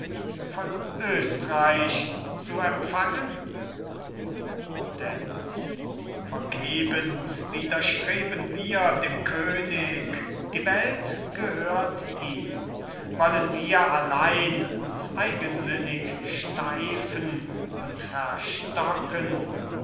von östreich zu empfangen rudenz vergeblich widerstreben wir dem könig die welt gehört ihm wollen wir allein uns eigensinnig steifen und verstocken